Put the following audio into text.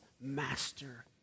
master